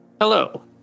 Hello